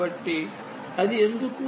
కాబట్టి అది ఎందుకు